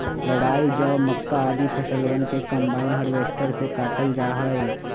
राई, जौ, मक्का, आदि फसलवन के कम्बाइन हार्वेसटर से काटल जा हई